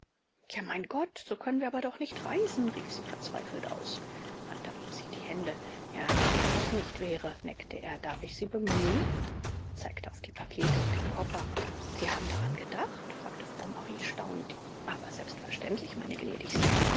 ja mein gott so können wir aber doch nicht reisen rief sie verzweifelt aus hunter rieb sich die hände ja wenn ich nicht wäre neckte er darf ich sie bemühen er zeigte auf die pakete und den koffer sie haben daran gedacht fragte frau marie staunend aber selbstverständlich meine gnädigste